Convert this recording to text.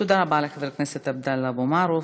תודה רבה לחבר הכנסת עבדאללה אבו מערוף.